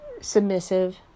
submissive